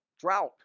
drought